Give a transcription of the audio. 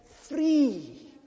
free